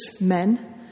men